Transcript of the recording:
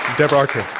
deborah archer.